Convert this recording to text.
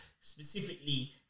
specifically